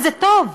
וזה טוב,